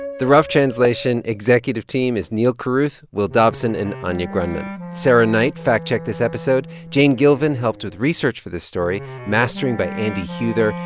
the rough translation executive team is neal carruth, will dobson and anya grundmann. sarah knight fact-checked this episode. jane gilvin helped with research for this story, mastering by andy huether.